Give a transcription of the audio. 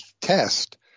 test